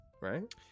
right